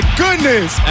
goodness